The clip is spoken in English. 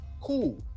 Cool